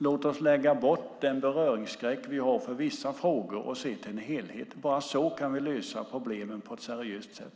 Låt oss lägga bort den beröringsskräck vi har för vissa frågor och se till helheten. Bara så kan vi lösa problemen på ett seriöst sätt.